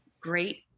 great